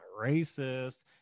racist